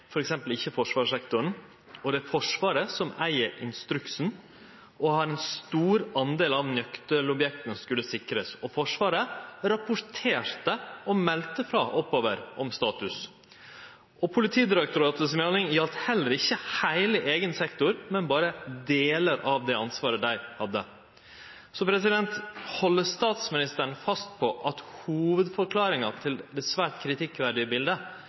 ikkje forsvarssektoren, og det er Forsvaret som eigde instruksen og hadde ein stor del av nøkkelobjekta som skulle sikrast. Og Forsvaret rapporterte og meldte frå oppover om statusen. Politidirektoratets melding gjaldt heller ikkje heile sektoren deira, men berre delar av det ansvaret dei hadde. Held statsministeren fast på at hovudforklaringa til det svært kritikkverdige bildet